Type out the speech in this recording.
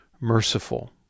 merciful